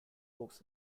books